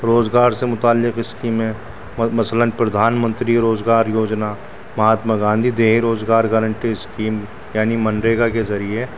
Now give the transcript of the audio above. روزگار سے متعلق اسکیمیں مثلاً پردھان منتری روزگار یوجنا مہاتما گاندھی دیہی روزگار گارنٹی اسکیم یعنی مندیکا کے ذریعے